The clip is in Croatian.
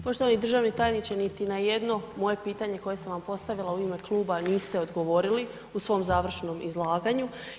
Poštovani državni tajniče, niti na jedno moje pitanje koje sam vam postavila u ime kluba, niste odgovorili u svom završnom izlaganju.